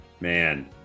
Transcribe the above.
Man